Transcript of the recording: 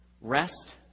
Rest